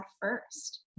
first